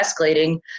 escalating